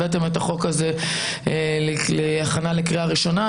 הבאתם את החוק הזה להכנה לקריאה ראשונה.